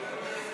לסעיף